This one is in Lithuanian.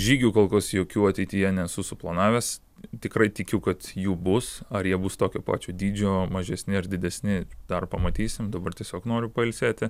žygių kol kas jokių ateityje nesu suplanavęs tikrai tikiu kad jų bus ar jie bus tokio pačio dydžio mažesni ar didesni dar pamatysim dabar tiesiog noriu pailsėti